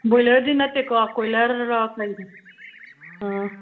ꯕꯣꯏꯂꯔꯗꯤ ꯅꯠꯇꯦꯀꯣ ꯀꯣꯏꯂꯔꯔꯣ ꯀꯔꯤ ꯑꯥ